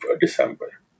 december